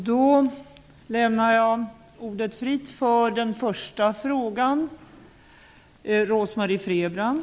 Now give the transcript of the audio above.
Fru talman! Jag tycker att Rose-Marie Frebrans replik talar för sig själv.